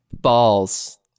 Balls